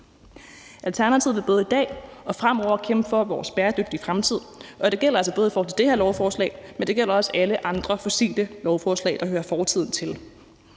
Alternativet vil både i dag og fremover kæmpe for vores bæredygtige fremtid, og det gælder altså både i forhold til det her lovforslag, men det gælder også alle andre fossile lovforslag, der hører fortiden til.